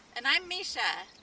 and i'm misha.